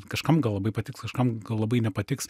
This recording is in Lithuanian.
kažkam gal labai patiks kažkam gal labai nepatiks